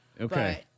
Okay